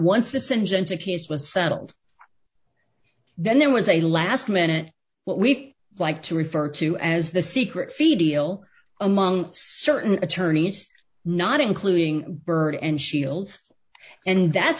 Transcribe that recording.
case was settled then there was a last minute what we like to refer to as the secret feed ial among certain attorneys not including byrd and shields and that